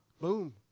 Boom